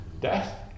death